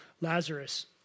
Lazarus